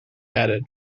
added